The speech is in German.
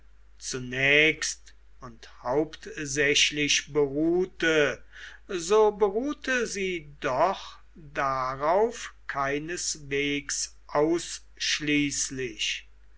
zunächst und hauptsächlich beruhte so beruhte sie doch darauf keineswegs ausschließlich